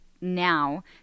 now